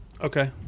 Okay